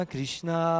Krishna